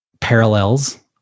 parallels